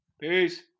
Peace